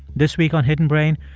this week on hidden brain,